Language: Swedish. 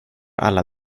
alla